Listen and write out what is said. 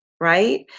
right